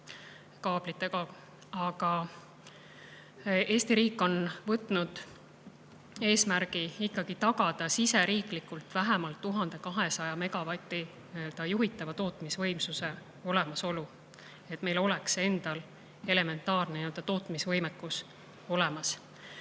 tuumaelektrit. Aga Eesti riik on ikkagi võtnud eesmärgi tagada siseriiklikult vähemalt 1200 megavati juhitava tootmisvõimsuse olemasolu, et meil oleks endal elementaarne tootmisvõimekus olemas.